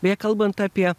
beje kalbant apie